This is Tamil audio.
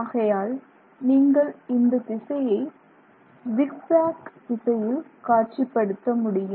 ஆகையால் நீங்கள் இந்த திசையை ஜிக் ஜேக் திசையில் காட்சிப்படுத்த முடியும்